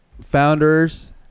Founders